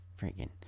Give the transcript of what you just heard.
Freaking